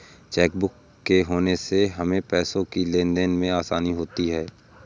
chequebook के होने से हमें पैसों की लेनदेन में आसानी होती हैँ